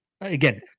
again